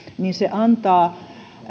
antaa